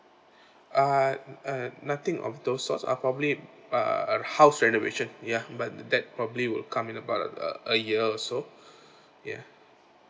ah uh nothing of those sorts are probably uh uh house renovation ya but that probably will come in about a a year or so ya